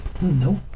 Nope